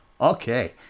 Okay